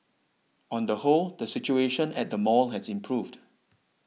on the whole the situation at the mall has improved